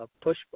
push